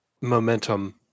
momentum